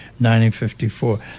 1954